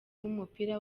w’umupira